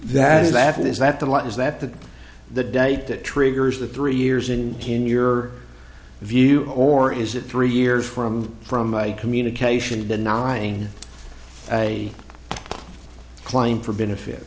that is that is that the light is that that the date that triggers the three years in can your view or is it three years from from a communication denying a claim for benefits